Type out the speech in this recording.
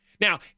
Now